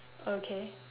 okay